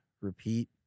repeat